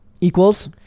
Equals